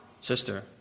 sister